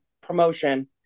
promotion